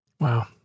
Wow